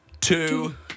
two